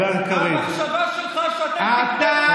המחשבה שלך שאתם תקבעו,